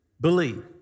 believe